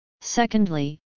Secondly